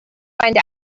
find